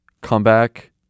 comeback